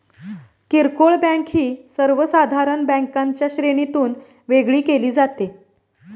किरकोळ बँक ही सर्वसाधारण बँकांच्या श्रेणीतून वेगळी केली जाते